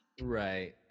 right